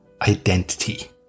Identity